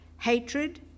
hatred